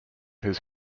his